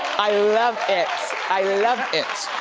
i love it, i love it.